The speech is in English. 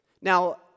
Now